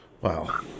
Wow